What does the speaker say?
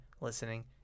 listening